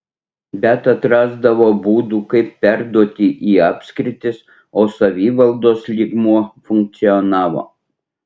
bet atrasdavo būdų kaip perduoti į apskritis o savivaldos lygmuo funkcionavo